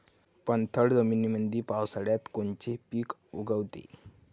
पाणथळ जमीनीमंदी पावसाळ्यात कोनचे पिक उगवते?